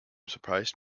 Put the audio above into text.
surprised